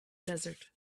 desert